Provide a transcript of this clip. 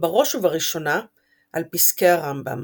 בראש ובראשונה על פסקי הרמב"ם,